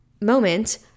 moment